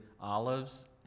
Olives